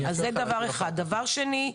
דבר שני,